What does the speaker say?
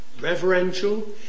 reverential